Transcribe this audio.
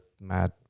mad